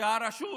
שהרשות